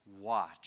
watch